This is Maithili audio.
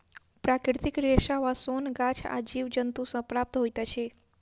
प्राकृतिक रेशा वा सोन गाछ आ जीव जन्तु सॅ प्राप्त होइत अछि